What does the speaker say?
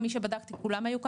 כי מי שבדקתי כולם היו ככה,